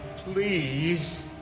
Please